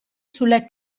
sulle